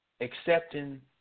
Accepting